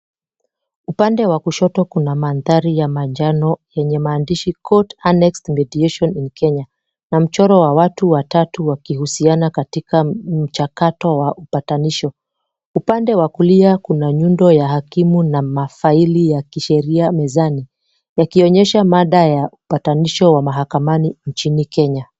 Upande wa kushoto kuna mandhari ya manjano yenye maandishi, "Court Annexed Mediation in Kenya" na mchoro wa watu watatu wakihusiana katika mchakato wa upatanisho. Upande wa kulia kuna nyundo ya hakimu na mafaili ya kisheria mezani yakionyesha mada ya upatanisho wa mahakamani nchini Kenya.